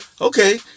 Okay